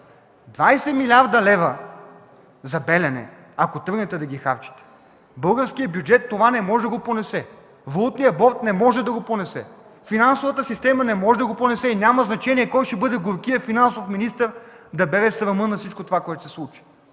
милиарда лева за „Белене”, ако тръгнете да ги харчите, българският бюджет това не може да понесе. Валутният борд не може да го понесе. Финансовата система не може да го понесе. Няма значение кой ще бъде горкият финансов министър да бере срама на всичко това, което ще се случи.